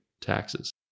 taxes